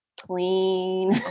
clean